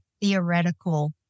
theoretical